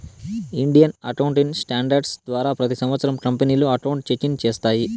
Indian accounting standards ద్వారా ప్రతి సంవత్సరం కంపెనీలు అకౌంట్ చెకింగ్ చేస్తాయి